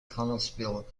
connellsville